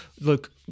look